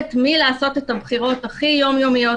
ביכולת לעשות את הבחירות הכי יומיומיות,